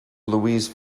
louise